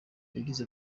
yagize